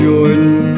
Jordan